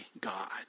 God